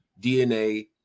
DNA